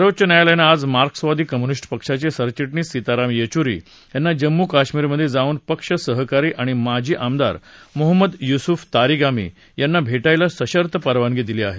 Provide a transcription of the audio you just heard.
सर्वोच्च न्यायालयानं आज मार्क्सवादी कम्युनिस्ट पक्षाचे सरचिटणीस सीताराम येचुरी यांना जम्मू काश्मीरमध्ये जाऊन पक्ष सहकारी आणि माजी आमदार मोहम्मद युसूफ तारिगामी यांना भेटायला सशर्त परवानगी दिली आहे